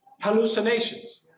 hallucinations